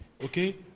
Okay